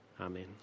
Amen